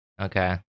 Okay